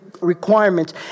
requirements